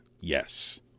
yes